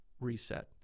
reset